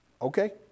Okay